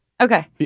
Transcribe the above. Okay